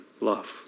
love